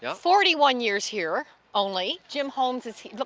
yeah forty one years here, only. jim holmes is look,